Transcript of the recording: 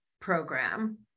program